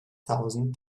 thousand